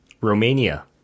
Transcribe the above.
Romania